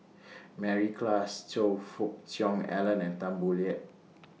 Mary Klass Choe Fook Cheong Alan and Tan Boo Liat